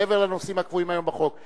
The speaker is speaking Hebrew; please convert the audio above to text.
מעבר לנושאים הקבועים היום בחוק.